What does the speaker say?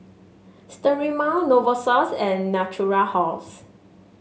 Sterimar Novosource and Natura House